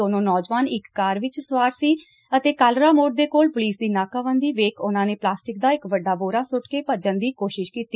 ਦੋਨੋ ਨੌਜਵਾਨ ਇਕ ਕਾਰ ਵਿਚ ਸਵਾਰ ਸੀ ਅਤੇ ਕਾਲਰਾ ਮੋੜ ਦੇ ਕੋਲ ਪੁਲਿਸ ਦੀ ਨਾਕਾਬੰਦੀ ਵੇਖ ਉਹਨਾਂ ਨੇ ਪਲਾਸਟਿਕ ਦਾ ਇਕ ਵੱਡਾ ਬੋਰਾ ਸੁੱਟ ਕੇ ਭੱਜਣ ਦੀ ਕੋਸ਼ਿਸ਼ ਕੀਤੀ